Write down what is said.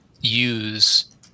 use